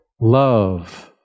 love